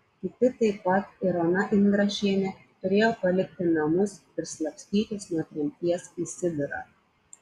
kiti taip pat ir ona indrašienė turėjo palikti namus ir slapstytis nuo tremties į sibirą